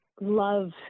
love